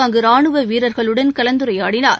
அங்கு ரானுவ வீரர்களுடன் கலந்துரையாடினார்